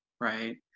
right